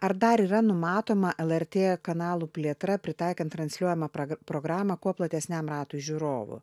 ar dar yra numatoma lrt kanalų plėtra pritaikant transliuojamą pra programą kuo platesniam ratui žiūrovų